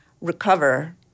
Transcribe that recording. recover